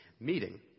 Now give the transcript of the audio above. meeting